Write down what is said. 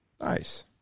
Nice